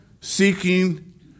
seeking